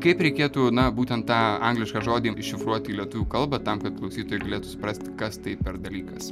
kaip reikėtų na būtent tą anglišką žodį iššifruoti į lietuvių kalbą tam kad klausytojai galėtų suprasti kas tai per dalykas